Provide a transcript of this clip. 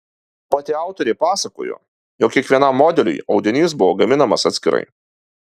pati autorė pasakojo jog kiekvienam modeliui audinys buvo gaminamas atskirai